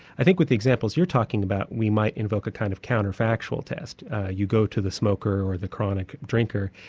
i think with the examples you were talking about, we might invoke a kind of counter-factual test you go to the smoker or the drinker,